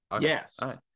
Yes